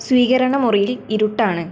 സ്വീകരണമുറിയിൽ ഇരുട്ടാണ്